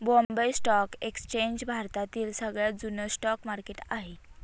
Bombay stock exchange भारतातील सगळ्यात जुन स्टॉक मार्केट आहे